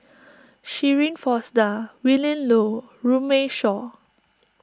Shirin Fozdar Willin Low and Runme Shaw